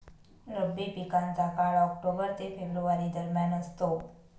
रब्बी पिकांचा काळ ऑक्टोबर ते फेब्रुवारी दरम्यान असतो